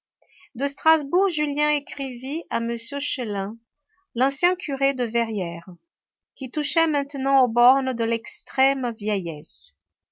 de strasbourg julien écrivit à m chélan l'ancien curé de verrières qui touchait maintenant aux bornes de l'extrême vieillesse